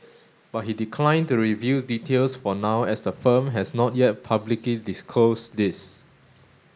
but he declined to reveal details for now as the firm has not yet publicly disclosed these